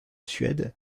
suède